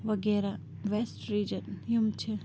وغیرہ west region یِم چھِ